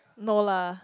no lah